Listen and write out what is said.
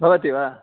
भवति वा